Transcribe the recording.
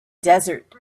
desert